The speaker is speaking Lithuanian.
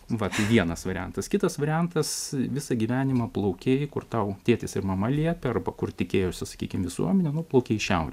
va tai vienas variantas kitas variantas visą gyvenimą plaukei kur tau tėtis ir mama liepia arba kur tikėjosi sakykim visuomenė nuplaukei į šiaurę